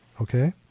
Okay